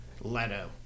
Leto